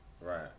right